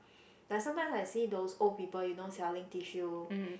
like sometimes I see those old people you know selling tissue